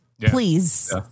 Please